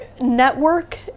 network